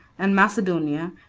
and macedonia,